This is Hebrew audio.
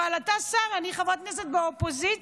אבל אתה שר ואני חברת כנסת באופוזיציה.